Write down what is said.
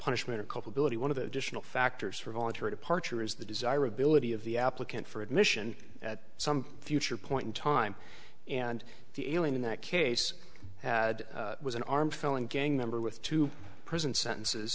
punishment or culpability one of the additional factors for voluntary departure is the desirability of the applicant for admission at some future point in time and the alien in that case had was an armed felon gang member with two prison sentences